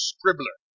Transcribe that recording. Scribbler